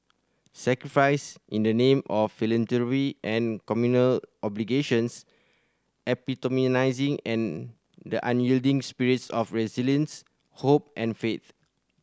sacrifice in the name of philanthropy and communal obligations epitomising and the unyielding spirits of resilience hope and faith